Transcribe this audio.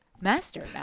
master